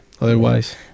Otherwise